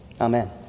Amen